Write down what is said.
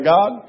God